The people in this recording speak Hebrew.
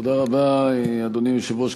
תודה רבה, אדוני היושב-ראש.